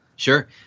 Sure